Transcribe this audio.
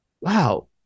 wow